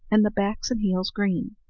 and the backs and heels green.